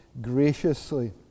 graciously